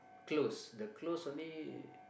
close the close only